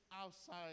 outside